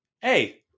Hey